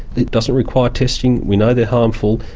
it doesn't require testing, we know they are harmful,